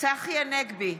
צחי הנגבי,